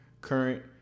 current